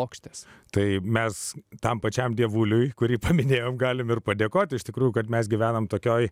pokštas tai mes tam pačiam dievuliui kurį paminėjo galime ir padėkoti iš tikrųjų kad mes gyvename tokioje